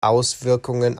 auswirkungen